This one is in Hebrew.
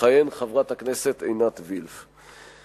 תכהן חברת הכנסת עינת וילף.